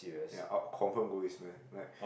ya I'll confirm go basement like